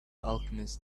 alchemist